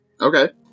Okay